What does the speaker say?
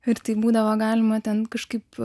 ir tai būdavo galima ten kažkaip